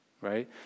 right